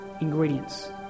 ingredients